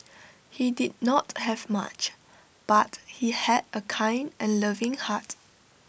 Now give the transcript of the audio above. he did not have much but he had A kind and loving heart